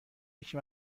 یکی